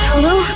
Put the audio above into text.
Hello